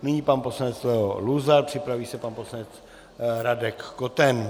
Nyní pan poslanec Leo Luzar, připraví se pan poslanec Radek Koten.